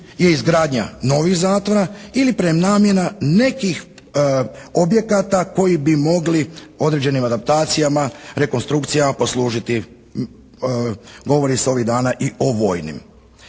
je izgradnja novih zatvora ili prenamjena nekih objekata koji bi mogli određenim adaptacijama, rekonstrukcijama poslužiti govori se ovih dana i o vojnim.